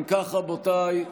אם כך, רבותיי,